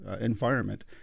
environment